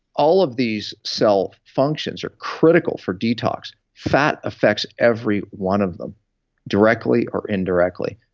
all of these cell functions are critical for detox. fat affects every one of them directly or indirectly,